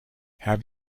have